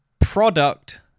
product